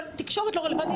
התקשורת לא רלוונטית,